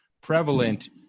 prevalent